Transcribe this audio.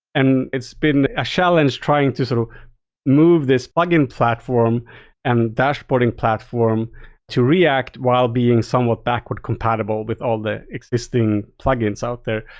and it's been a challenge trying to so move this plug-in platform and dashboarding platform to react while being somewhat backward compatible with all the existing plugins out there.